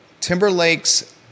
Timberlake's